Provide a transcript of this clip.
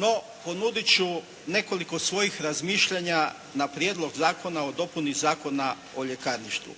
No ponudit ću nekoliko svojih razmišljanja na Prijedlog zakona o dopuni Zakona o ljekarništvu.